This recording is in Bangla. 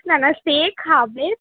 না না সে খাবে